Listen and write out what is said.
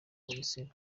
bugesera